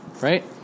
right